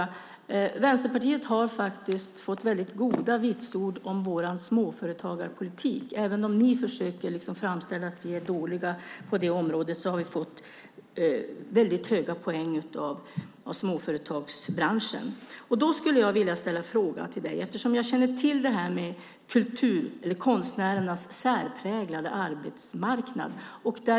Vi i Vänsterpartiet har faktiskt fått mycket goda vitsord om vår småföretagarpolitik. Även om ni försöker framställa det som att vi är dåliga på detta område har vi fått höga poäng från småföretagsbranschen. Jag känner till konstnärernas särpräglade arbetsmarknad.